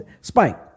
spike